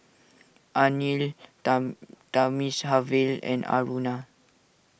Anil Thamizhavel and Aruna